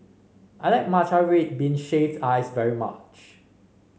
I like Matcha Red Bean Shaved Ice very much